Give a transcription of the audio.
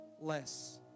less